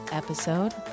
episode